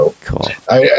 Cool